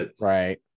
Right